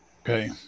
Okay